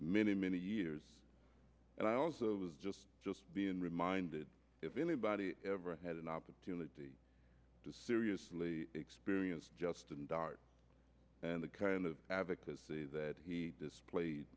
many many years and i also just just been reminded if anybody ever had an opportunity to seriously experience justin dart and the kind of advocacy that he displayed